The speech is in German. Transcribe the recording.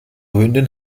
hündin